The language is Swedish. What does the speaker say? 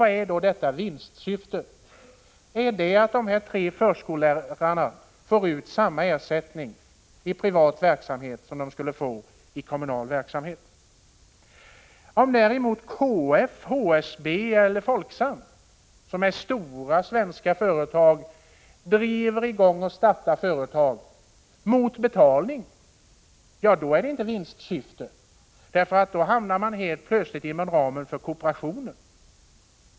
Vad är då detta vinstsyfte? Är det att de tre förskollärarna får ut samma ersättning i privat verksamhet som de skulle få i kommunal verksamhet? Om däremot KF, HSB eller Folksam, som ju är stora svenska företag, startar verksamhet på det här området — mot betalning — är det inte tal om vinstsyfte, därför att då hamnar man genast inom ramen för kooperationen.